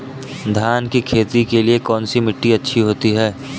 धान की खेती के लिए कौनसी मिट्टी अच्छी होती है?